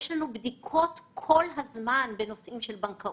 כל הזמן יש לנו בדיקות בנושאים של בנקאות.